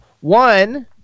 One